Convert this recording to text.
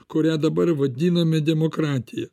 kurią dabar vadiname demokratija